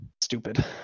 stupid